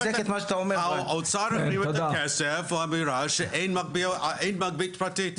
האוצר החביאו את הכסף באמירה שאין מגבית פרטית.